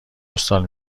پستال